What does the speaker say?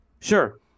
Sure